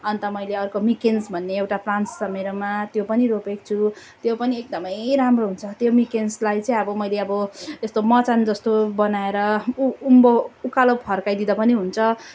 अन्त मैले अर्को मिकेन्स भन्ने एउटा प्लान्ट्स छ मेरोमा त्यो रोपेको छु त्यो पनि एकदमै राम्रो हुन्छ त्यो मिकेन्सलाई चाहिँ अब मैले अब यस्तो मचान जस्तो बनाएर ऊ उँभो उकालो फर्काइदिँदा पनि हुन्छ